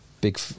big